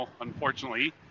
unfortunately